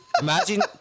Imagine